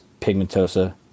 pigmentosa